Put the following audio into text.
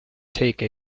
take